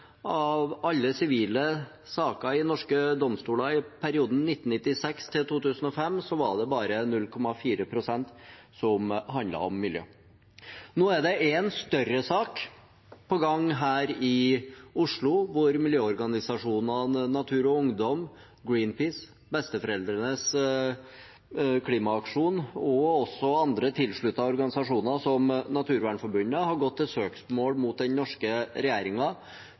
alle sivile saker i norske domstoler i perioden 1996 til 2005 var det bare 0,4 pst. som handlet om miljø. Nå er det en større sak på gang her i Oslo hvor miljøorganisasjonene Natur og Ungdom, Greenpeace, Besteforeldrenes klimaaksjon og også andre tilsluttede organisasjoner, som Naturvernforbundet, har gått til søksmål mot den norske